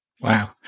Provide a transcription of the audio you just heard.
Wow